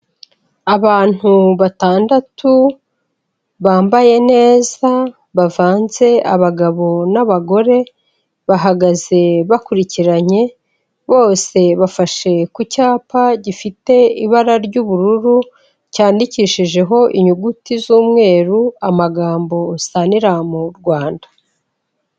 Abantu batandatu bambaye neza bavanze abagabo n'abagore bahagaze bakurikiranye bose bafashe ku cyapa gifite ibara ry'ubururu cyandikishijeho inyuguti z'umweru amagambo saniramu Rwanda.